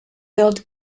built